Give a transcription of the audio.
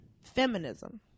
feminism